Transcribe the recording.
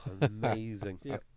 Amazing